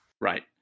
Right